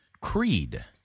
creed